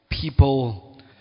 people